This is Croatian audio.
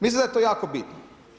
Mislim da je to jako bitno.